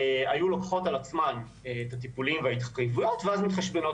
היו לוקחות על עצמן את הטיפולים וההתחייביות ואז מתחשבנות